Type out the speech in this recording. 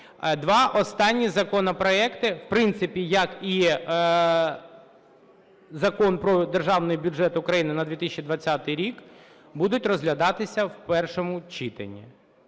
Два останні законопроекти, в принципі, як і Закон про Державний бюджет України на 2020 рік, будуть розглядатися в першому читанні.